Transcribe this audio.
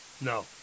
No